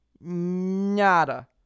Nada